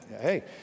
hey